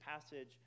passage